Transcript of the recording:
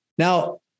Now